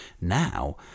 Now